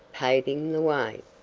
paving the way.